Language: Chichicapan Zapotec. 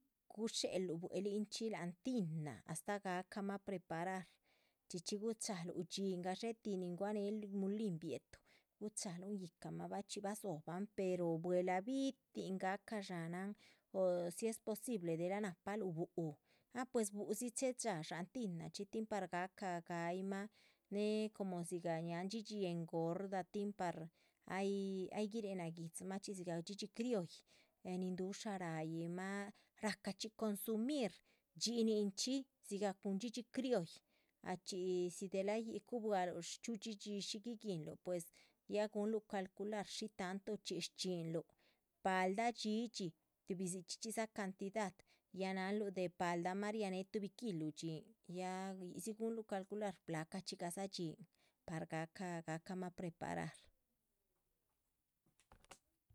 Gudxéhe luh buehlin chxi láhan tinah, astáh gahcamah preparar, chxí chxí gucahaluh dxín, gadxé tih ni guahanel mulin biehetuh, guchahalun yíhcamah. bachxí bah dzóhoban pero bwela bi´tin gahca dshánan o si es posible delah nahpaluh búhu, ah pues búhudzi chéhe dxá shán tinachxí tin par gahca ga´yih mah. néh como dzigah ñáhaan dhxídhxi engorda, tin par ay ay guiréhe naguidzimah ahchxí dzigah dhxídhxi criolli, eh nin dusha ra´yihmah racah chxí consumir. dhxínin chxí dzigah cun dhxídhxi crioll, ah chxi si buehla ýic, cubwaluh, chxíu dhxí dhxi shí guiguinluh, pues ya guhunlih calcular shi tantuchxí shchxúnluh. paldah dhxídhxi tuhbi dzichxi chxídza cantidad ya náhanluh de paldamah rianéhe tuhbi kilu dhxídhxi, ya yíhdzi gunluh calcular blacachxí gahdza dhxín par gahcah. gahcamah preparar.